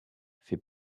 fait